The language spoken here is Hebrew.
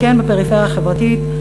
גם כן בפריפריה החברתית,